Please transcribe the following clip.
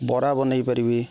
ବରା ବନେଇପାରିବି